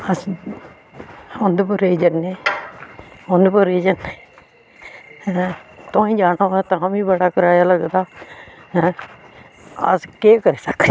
अस उधमपुरे गी जन्ने उधमपुरे गी जन्ने तुआहीं जाना होऐ ते तां बी बड़ा कराया लगदा ऐ अस केह् करी सकने आं